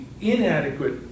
inadequate